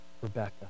Rebecca